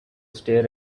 stay